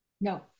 No